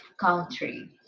country